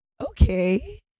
Okay